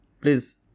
Please